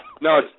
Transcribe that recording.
No